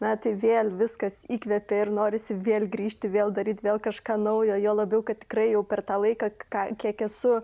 metai vėl viskas įkvepia ir norisi vėl grįžti vėl daryt vėl kažką naujo juo labiau kad tikrai jau per tą laiką ką kiek esu